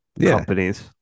Companies